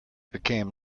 became